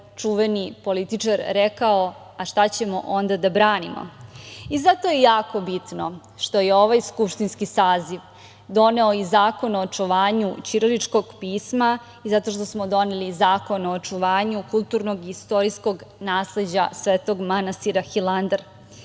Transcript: čuveni političar rekao – a šta ćemo onda da branimo. Zato je jako bitno što je ovaj skupštinski saziv doneo i Zakon o očuvanju ćiriličkog pisma i zato što smo doneli zakon o očuvanju kulturnog i istorijskog nasleđa Svetog manastira Hilandar.